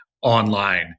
online